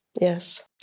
Yes